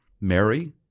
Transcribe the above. Mary